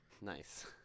Nice